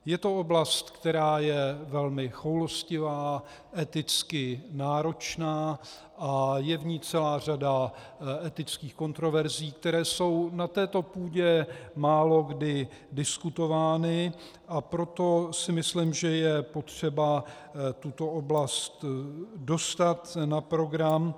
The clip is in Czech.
Je to oblast, která je velmi choulostivá, eticky náročná a je v ní celá řada etických kontroverzí, které jsou na této půdě málokdy diskutovány, a proto si myslím, že je potřeba tuto oblast dostat na program.